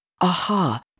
Aha